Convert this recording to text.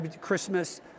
christmas